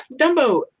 Dumbo